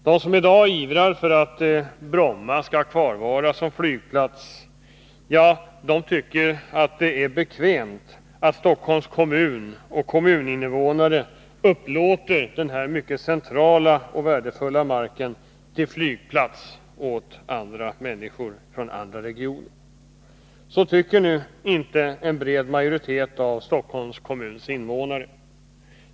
De som i dag ivrar för att Bromma skall kvarvara som flygplats tycker att det är bekvämt att Stockholms kommun och kommuninvånare upplåter denna mycket centrala och värdefulla mark till flygplats åt människor från andra regioner. Så tycker nu inte en bred majoritet av Stockholms kommuns invånare.